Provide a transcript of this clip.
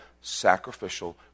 sacrificial